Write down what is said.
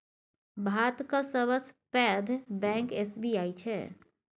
भातक सबसँ पैघ बैंक एस.बी.आई छै